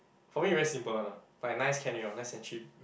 for me very simple one lah like nice can already orh nice and cheap